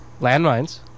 Landmines